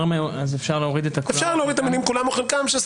אפשר להוריד את המילים כולם או חלקם.